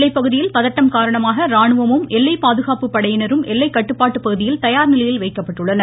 எல்லைப்பகுதியில் பதட்டம் காரணமாக ராணுவமும் எல்லை பாதுகாப்பு படையினரும் எல்லை கட்டுப்பாட்டு பகுதியில் தயார் நிலையில் வைக்கப்பட்டுள்ளனர்